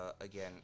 again